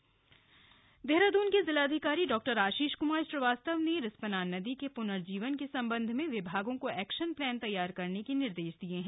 रिस्पना पनर्जीवन देहरादून के जिलाधिकारी डॉ आशीष कुमार श्रीवास्तव ने रिस्पना नदी के पुनर्जीवन के सम्बन्ध में विभागों को एक्शन प्लान तैयार करने के निर्देश दिए हैं